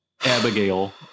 Abigail